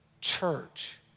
church